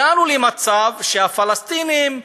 הגענו למצב שהפלסטינים,